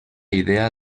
idea